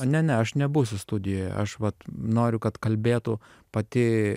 ne ne aš nebūsiu studijoje aš vat noriu kad kalbėtų pati